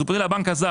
אז הוא פונה לבנק הזר,